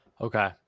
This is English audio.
Okay